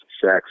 sex